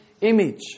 image